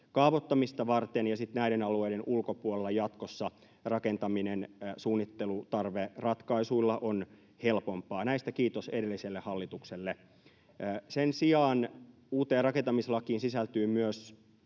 kaavoittamista varten, ja sitten näiden alueiden ulkopuolella jatkossa rakentaminen suunnittelutarveratkaisuilla on helpompaa. Näistä kiitos edelliselle hallitukselle. Sen sijaan uuteen rakentamislakiin sisältyy myös